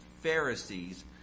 Pharisees